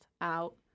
out